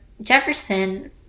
jefferson